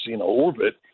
orbit